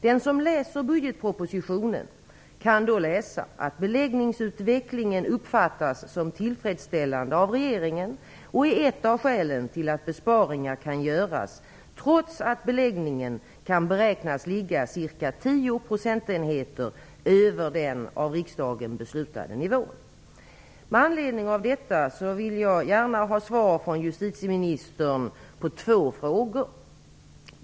Den som läser budgetpropositionen kan se att beläggningsutvecklingen uppfattas som tillfredsställande av regeringen och är ett av skälen till att besparingar kan göras, trots att beläggningen kan beräknas ligga ca tio procentenheter över den av riksdagen beslutade nivån. Med anledning av detta vill jag gärna ha svar från justitieministern på två frågor.